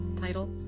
title